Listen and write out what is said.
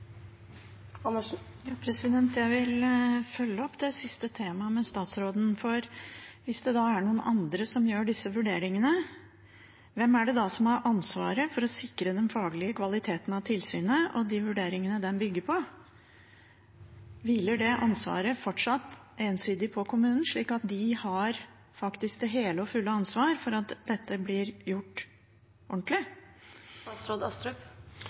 noen andre som gjør disse vurderingene, hvem er det da som har ansvaret for å sikre den faglige kvaliteten av tilsynet og de vurderingene de bygger på? Hviler det ansvaret fortsatt ensidig på kommunen, slik at de faktisk har det hele og fulle ansvaret for at det blir gjort ordentlig?